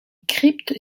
crypte